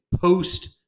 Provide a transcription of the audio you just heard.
post